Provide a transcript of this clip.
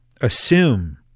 assume